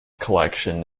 collection